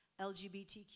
LGBTQ